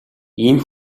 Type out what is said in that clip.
ийм